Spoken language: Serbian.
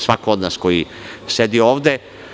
Svako od nas ko sedi ovde.